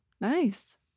Nice